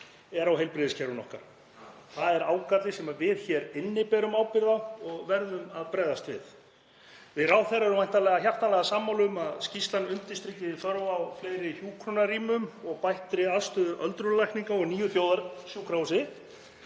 er á heilbrigðiskerfinu okkar. Það er ágalli sem við hér inni berum ábyrgð á og verðum að bregðast við. Við ráðherra erum væntanlega hjartanlega sammála um að skýrslan undirstriki þörf á fleiri hjúkrunarrýmum og bættri aðstöðu öldrunarlækninga og nýju þjóðarsjúkrahúsi,